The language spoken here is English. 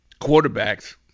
quarterbacks